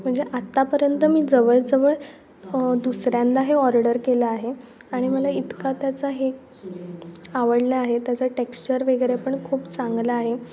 म्हणजे आत्तापर्यंत मी जवळजवळ दुसऱ्यांदा हे ऑर्डर केलं आहे आणि मला इतका त्याचा हे आवडलं आहे त्याचं टेक्स्चर वगैरे पण खूप चांगलं आहे